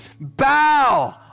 Bow